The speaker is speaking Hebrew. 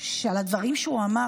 מהדברים שהוא אמר,